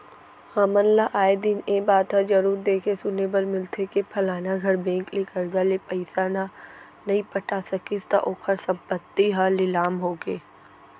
हमन ल आय दिन ए बात ह जरुर देखे सुने बर मिलथे के फलाना घर बेंक ले करजा ले पइसा न नइ पटा सकिस त ओखर संपत्ति ह लिलाम होगे